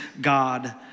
God